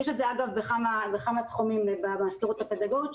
יש את זה אגב בכמה תחומים במזכירות הפדגוגית,